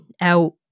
out